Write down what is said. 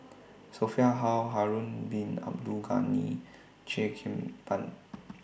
Sophia Hull Harun Bin Abdul Ghani Cheo Kim Ban